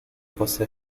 possa